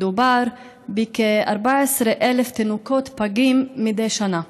מדובר בכ-14,000 תינוקות פגים מדי שנה.